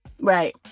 Right